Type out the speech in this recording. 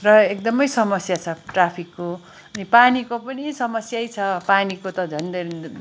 र एकदमै समस्या छ ट्राफिकको अनि पानीको पनि समस्यै छ पानीको झन डेन